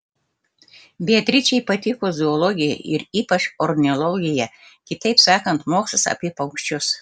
beatričei patiko zoologija ir ypač ornitologija kitaip sakant mokslas apie paukščius